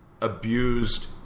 Abused